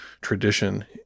tradition